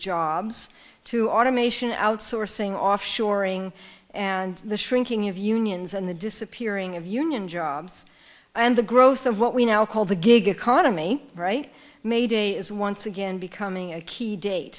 jobs to automation outsourcing offshoring and the shrinking of unions and the disappearing of union jobs and the growth of what we now call the gig economy right may day is once again becoming a key date